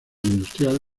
industrial